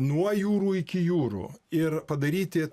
nuo jūrų iki jūrų ir padaryti